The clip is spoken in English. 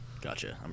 Gotcha